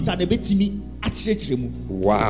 wow